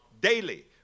Daily